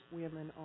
women